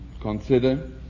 consider